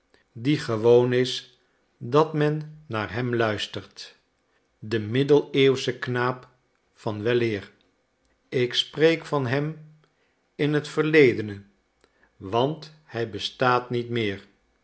die gewoon is dat men naar hem luistert de middeleeuwsche knaap van weleer ik spreek van hem in het verledene want hij bestaat niet meer